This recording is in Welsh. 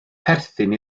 perthyn